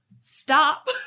stop